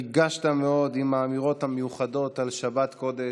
ריגשת מאוד עם האמירות המיוחדות על שבת קודש,